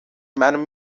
منو